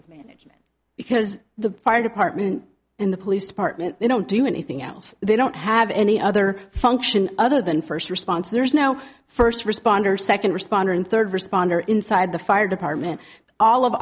as management because the fire department and the police department they don't do anything else they don't have any other function other than first response there's no first responder second responder and third responder inside the fire department all of